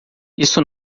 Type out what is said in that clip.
isso